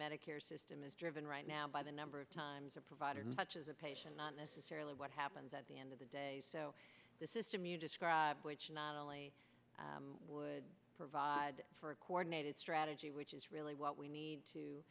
medicare system is driven right now by the number of times a provider such as a patient not necessarily what happens at the end of the day the system you which not only would provide for a coordinated strategy which is really what we need to